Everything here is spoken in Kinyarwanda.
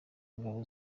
ingabo